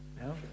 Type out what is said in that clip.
No